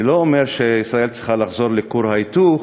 אני לא אומר שישראל צריכה לחזור לכור ההיתוך,